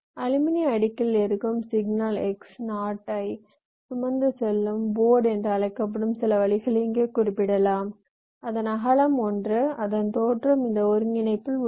அலுமினிய அடுக்கில் இருக்கும் சிக்னல் x0 ஐ சுமந்து செல்லும் போர்ட் என்று அழைக்கப்படும் சில வழியை இங்கே குறிப்பிடலாம் அதன் அகலம் 1 அதன் தோற்றம் இந்த ஒருங்கிணைப்பில் உள்ளது